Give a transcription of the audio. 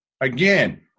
again